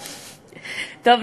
טוב,